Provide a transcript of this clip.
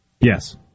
Yes